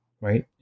Right